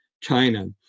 China